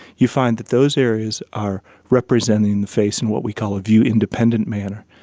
you find that those areas are representing the face in what we call a view-independent manner.